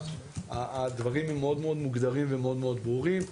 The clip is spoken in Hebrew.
הדברים הם מאוד מוגדרים ומאוד ברורים.